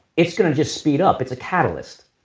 it's going to just speed up. it's a catalyst.